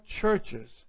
churches